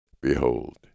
Behold